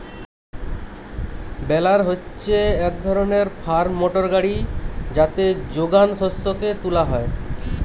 বেলার হচ্ছে এক ধরণের ফার্ম মোটর গাড়ি যাতে যোগান শস্যকে তুলা হয়